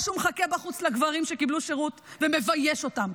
או שהוא מחכה בחוץ לגברים שקיבלו שירות ומבייש אותם,